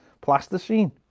plasticine